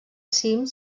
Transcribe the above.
cim